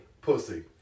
Pussy